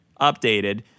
Updated